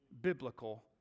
biblical